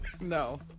No